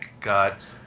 got